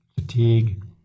fatigue